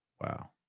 Wow